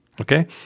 okay